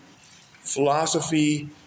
philosophy